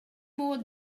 more